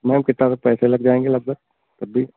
ma'am कितने पैसे लग जाएंगे लगभग तब भी